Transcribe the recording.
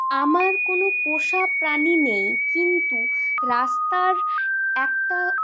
আমার কোনো পোষা প্রাণী নেই কিন্তু রাস্তার একটা